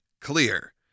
Clear